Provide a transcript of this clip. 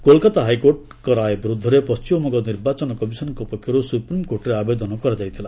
Kolkata high court ରାୟ ବିରୁଦ୍ଧରେ ପଶ୍ଚିମବଙ୍ଗ ନିର୍ବାଚନ କମିଶନ ପକ୍ଷରୁ ସୁପ୍ରିମକୋର୍ଟରେ ଆବେଦନ କରାଯାଇଥିଲା